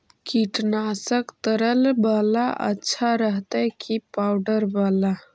कीटनाशक तरल बाला अच्छा रहतै कि पाउडर बाला?